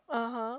(uh huh)